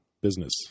business